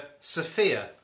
Sophia